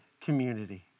community